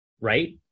Right